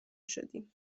شدیم